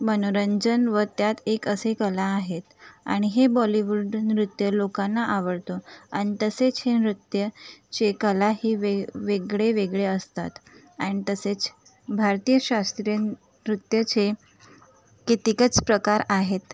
मनोरंजन व त्यात एक असे कला आहेत आणि हे बॉलीवूड नृत्य लोकांना आवडत आणि तसेच हे नृत्य चे कलाही वेग वेगळे वेगळे असतात अॅण तसेच भारतीय शास्त्रीय नृत्याचे कितीकच प्रकार आहेत